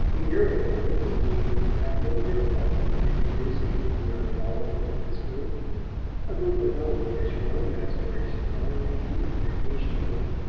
a year ago undine would have had no difficulty in introducing indiana rolliver to this group a group above which her own aspirations already beat an impatient wing.